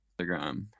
Instagram